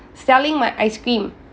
selling my ice cream